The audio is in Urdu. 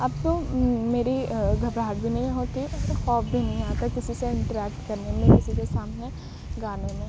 اب تو میری گھبراہٹ بھی نہیں ہوتی خوف بھی نہیں آتا کسی سے انٹریکٹ کرنے میں کسی کے سامنے گانے میں